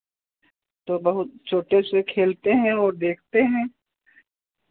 तो बहुत छोटे से खेलते हैं और देखते हैं